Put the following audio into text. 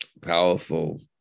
powerful